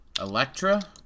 Electra